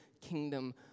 kingdom